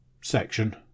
section